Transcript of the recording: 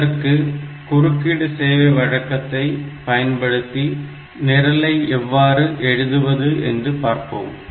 இதற்கு குறுக்கீட்டு சேவை வழக்கத்தை பயன்படுத்தி நிரலை எவ்வாறு எழுதுவது என்று பார்ப்போம்